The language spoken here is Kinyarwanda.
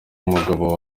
umugabo